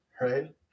right